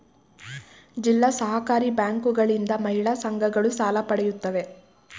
ಜಿಲ್ಲಾ ಸಹಕಾರಿ ಬ್ಯಾಂಕುಗಳಿಂದ ಮಹಿಳಾ ಸಂಘಗಳು ಸಾಲ ಪಡೆಯುತ್ತವೆ